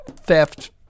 Theft